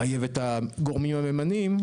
מחייב את הגורמים הממנים,